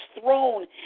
throne